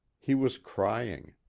he was crying.